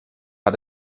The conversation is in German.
hat